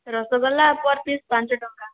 rasgulla per piece ପାଞ୍ଚ ଟଙ୍କା